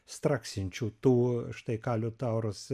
straksinčių tų štai ką liutauras